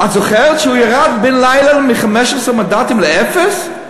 את זוכרת שהוא ירד בן לילה מ-15 מנדטים לאפס?